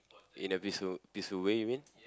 in a peaceful peaceful way you mean